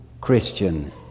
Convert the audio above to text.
Christian